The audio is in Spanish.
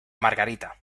margarita